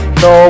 no